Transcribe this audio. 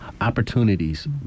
opportunities